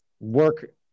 work